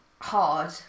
hard